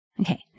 Okay